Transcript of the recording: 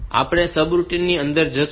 તો આપણે સબરૂટીન ની અંદર જઈશું